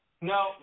No